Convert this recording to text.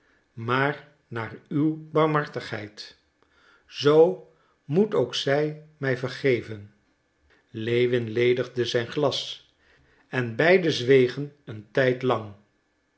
maar naar uw barmhartigheid zoo moet ook zij mij vergeven lewin ledigde zijn glas en beiden zwegen een tijd lang